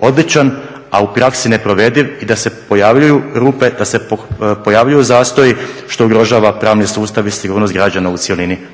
odličan, a u praksi neprovediv i da se pojavljuju rupe, da se pojavljuju zastoji što ugrožava pravni sustav i sigurnost građana u cjelini.